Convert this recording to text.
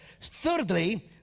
Thirdly